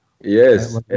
Yes